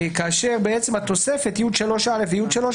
רשאי יושב-ראש הוועדה,